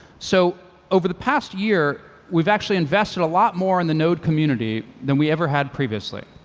so over the past year, we've actually invested a lot more in the node community than we ever had previously.